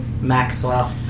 Maxwell